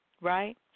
Right